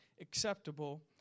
acceptable